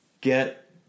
get